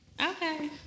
Okay